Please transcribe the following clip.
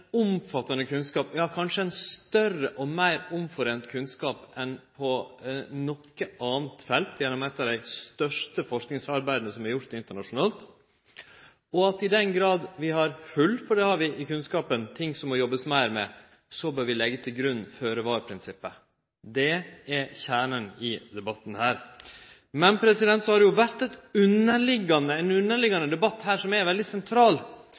omfattande kunnskap, ja kanskje ein større og meir omforeint kunnskap enn på noko anna felt, gjennom eitt av dei største forskingsarbeida som er gjort internasjonalt, og i den grad vi har hòl i kunnskapen, og det har vi – ting ein må jobbe meir med – bør vi leggje til grunn føre-var-prinsippet. Det er kjernen i debatten her. Så har det vore ein underliggjande debatt her som er veldig sentral,